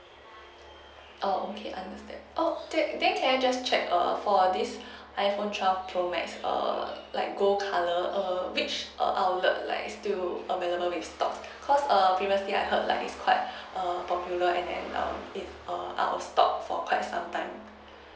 oh okay understand oh then then can I just check err for this iphone twelve pro max err like gold colour err which err outlets like are still available with stock because err previously I heard like it's quite err popular and then um it's err out of stock for quite sometime sometime